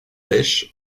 pech